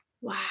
wow